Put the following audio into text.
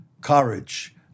courage